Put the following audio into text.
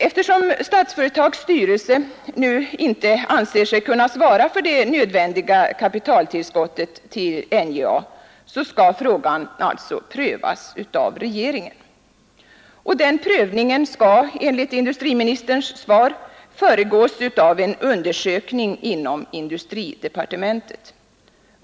Eftersom Statsföretags styrelse nu inte anser sig kunna svara för det nödvändiga kapitaltillskottet till NJA, skall frågan prövas av regeringen. Denna prövning skall enligt industriministerns svar föregås av en undersökning inom industridepartementet.